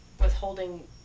withholding